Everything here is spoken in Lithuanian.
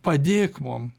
padėk mum